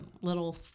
little